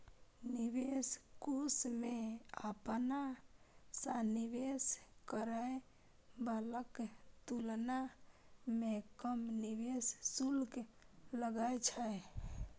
निवेश कोष मे अपना सं निवेश करै बलाक तुलना मे कम निवेश शुल्क लागै छै